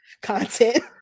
content